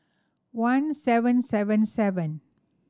one seven seven seven